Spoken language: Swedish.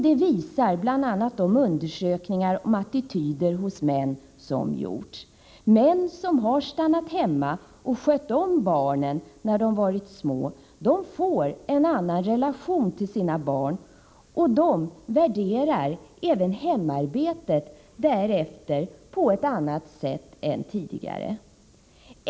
Det visar bl.a. de undersökningar om attityder hos män som gjorts. Män som har stannat hemma och skött om barnen när de varit små får en annan relation till sina barn, och de värderar även hemarbetet därefter på ett annat sätt än tidigare.